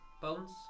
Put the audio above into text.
Bones